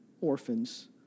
orphans